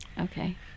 Okay